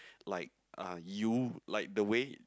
like uh you like the way